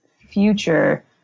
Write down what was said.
future